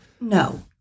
No